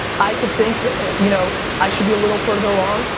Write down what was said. i could think you know i should be a little further along.